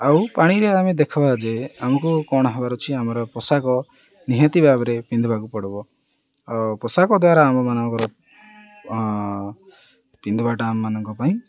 ଆଉ ପାଣିରେ ଆମେ ଦେଖିବା ଯେ ଆମକୁ କ'ଣ ହବାର ଅଛି ଆମର ପୋଷାକ ନିହାତି ଭାବରେ ପିନ୍ଧିବାକୁ ପଡ଼ିବ ଆଉ ପୋଷାକ ଦ୍ୱାରା ଆମମାନଙ୍କର ପିନ୍ଧିବାଟା ଆମ ମାନଙ୍କ ପାଇଁ